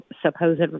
supposed